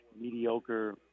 mediocre